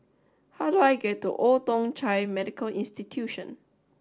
how do I get to Old Thong Chai Medical Institution